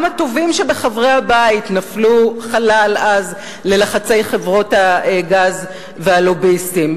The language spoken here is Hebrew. גם הטובים שבחברי הבית נפלו חלל אז ללחצי חברות הגז והלוביסטים.